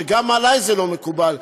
שגם עלי לא מקובל,